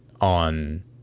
on